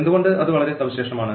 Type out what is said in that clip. എന്തുകൊണ്ട് അത് വളരെ സവിശേഷമാണ്